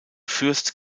fürst